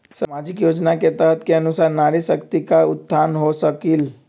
सामाजिक योजना के तहत के अनुशार नारी शकति का उत्थान हो सकील?